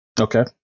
Okay